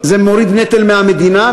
זה מוריד נטל מהמדינה,